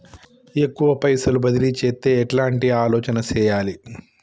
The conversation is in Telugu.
ఎక్కువ పైసలు బదిలీ చేత్తే ఎట్లాంటి ఆలోచన సేయాలి?